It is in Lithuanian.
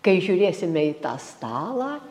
kai žiūrėsime į tą stalą